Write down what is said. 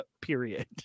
period